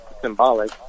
symbolic